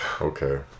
Okay